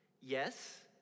Yes